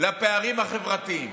לפערים החברתיים.